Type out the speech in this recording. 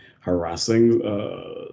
harassing